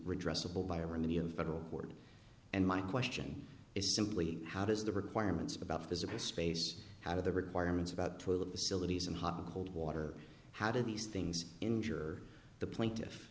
redress a bill by a remedial federal court and my question is simply how does the requirements about physical space out of the requirements about toilet facilities in hot cold water how do these things injure the plaintiff